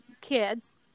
kids